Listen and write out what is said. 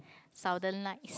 southern lights